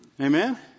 Amen